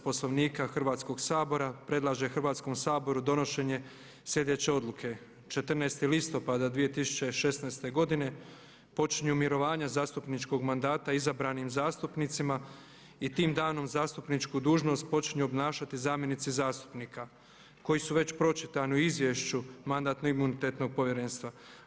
Poslovnika Hrvatskog sabora predlaže Hrvatskom saboru donošenje slijedeće odluke: 14. listopada 2016. godine počinju mirovanja zastupničkog mandata izabranim zastupnicima i tim danom zastupničku dužnost počinju obnašati zamjenici zastupnika koji su već pročitani u izvješću Mandatno-imunitetnog povjerenstva.